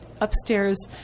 upstairs